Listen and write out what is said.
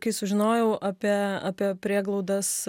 kai sužinojau apie apie prieglaudas